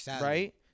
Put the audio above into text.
Right